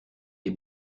les